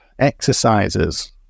exercises